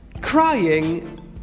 Crying